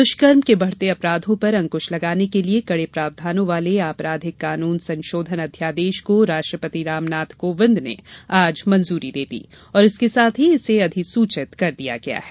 दुष्कर्म के बढ़ते अपराघों पर अंकृश लगाने के लिए कड़े प्रावधानों वाले आपराधिक कानून संसोधन अध्यादेश को राष्ट्रपति राम नाथ कोविंद ने आज मंजूरी दे दी और इसके साथ ही इसे अधिसूचित कर दिया गया है